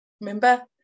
remember